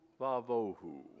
vavohu